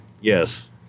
Yes